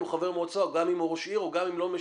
הוא חבר מועצה או גם אם הוא ראש עיר או לא משנה.